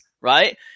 right